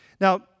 Now